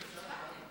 אדוני,